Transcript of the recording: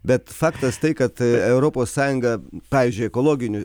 bet faktas tai kad europos sąjunga pavyzdžiui ekologiniu